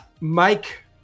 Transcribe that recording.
mike